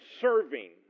serving